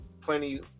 plenty